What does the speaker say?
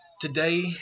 today